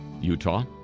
Utah